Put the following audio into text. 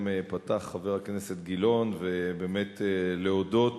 פתח חבר הכנסת גילאון ובאמת להודות